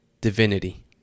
divinity